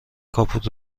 کاپوت